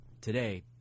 today